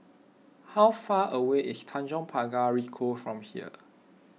how far away is Tanjong Pagar Ricoh from here